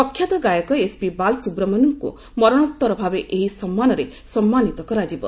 ପ୍ରଖ୍ୟାତ ଗାୟକ ଏସପି ବାଲ୍ସୁବ୍ରମଣ୍ୟମ୍ଙ୍କୁ ମରଣୋଉରଭାବେ ଏହି ସମ୍ମାନରେ ସନ୍ମାନୀତ କରାଯିବ